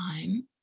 time